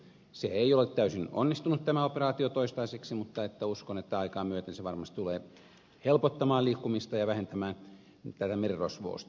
tämä operaatio ei ole täysin onnistunut toistaiseksi mutta uskon että aikaa myöten se varmasti tulee helpottamaan liikkumista ja vähentämään tätä merirosvousta